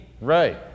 Right